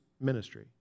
ministry